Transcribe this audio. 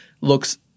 looks